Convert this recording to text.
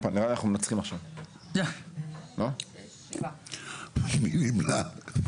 מי נמנע?